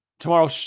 Tomorrow